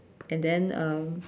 and then um